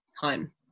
time